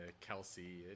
Kelsey